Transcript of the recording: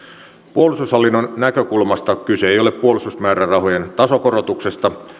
puolustushallinnon näkökulmasta kyse ei ole puolustusmäärärahojen tasokorotuksesta